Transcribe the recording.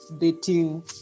dating